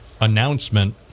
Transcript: announcement